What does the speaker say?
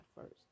first